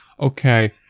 okay